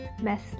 Mess